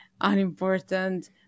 unimportant